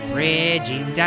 Bridging